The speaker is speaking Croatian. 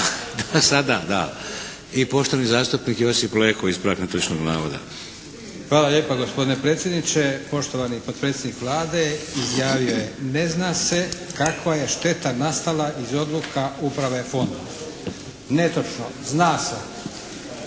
(HDZ)** I poštovani zastupnik Josip Leko, ispravak netočnog navoda. **Leko, Josip (SDP)** Hvala lijepa gospodine predsjedniče. Poštovani potpredsjednik Vlade izjavio je ne zna se kakva je šteta nastala iz odluka uprave fonda. Netočno. Zna se.